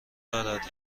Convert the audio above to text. دارد